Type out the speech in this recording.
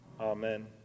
Amen